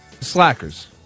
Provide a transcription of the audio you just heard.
slackers